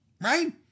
Right